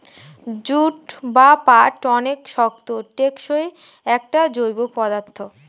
jute বা পাট অনেক শক্ত, টেকসই একটা জৈব পদার্থ